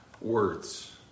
words